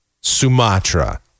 Sumatra